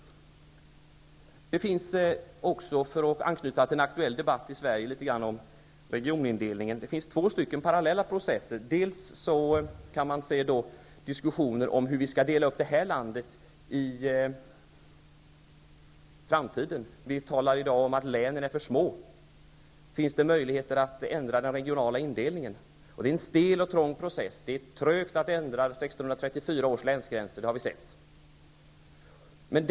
För att anknyta till en aktuell debatt i Sverige om regionindelningen, vill jag nämna att det finns två parallella processer. Man kan höra diskussioner om hur vi skall dela upp det här landet i framtiden. Det talas i dag om att länen är för små. Funderingar finns om huruvida det är möjligt att ändra den regionala indelningen. Processen är stel och trång. Det går trögt att ändra 1634 års länsgränser. Det har vi fått erfara.